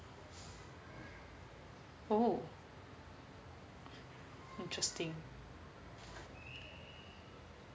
oh interesting